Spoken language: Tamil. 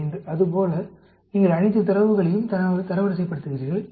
5 அது போல நீங்கள் அனைத்துத் தரவுகளையும் தரவரிசைப்படுத்துகிறீர்கள்